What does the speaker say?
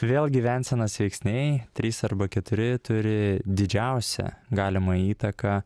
vėl gyvensenos veiksniai trys arba keturi turi didžiausią galimą įtaką